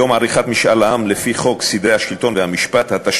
יום עריכת משאל עם לפי חוק סדרי השלטון והמשפט (ביטול החלת המשפט,